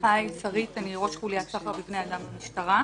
אני שרית, ראש חוליית סחר בבני אדם במשטרה.